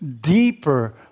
deeper